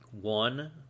One